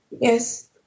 Yes